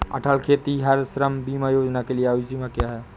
अटल खेतिहर श्रम बीमा योजना के लिए आयु सीमा क्या है?